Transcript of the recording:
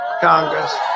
Congress